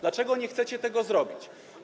Dlaczego nie chcecie tego zrobić?